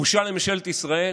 בושה לממשלת ישראל,